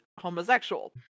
homosexual